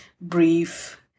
brief